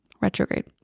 Retrograde